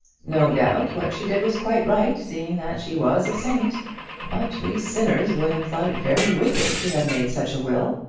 no doubt what she did was quite right, seeing that she was a saint but we sinners would have thought it very wicked to have made such a will,